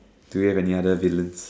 do you have any other villains